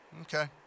Okay